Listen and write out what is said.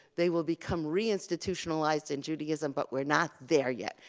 they will become re-institutionalized in judaism, but we're not there yet.